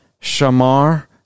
Shamar